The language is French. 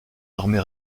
armée